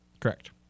Correct